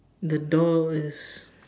the door is